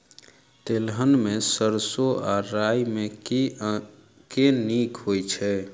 तेलहन मे सैरसो आ राई मे केँ नीक होइ छै?